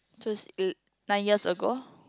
so it's l~ nine years ago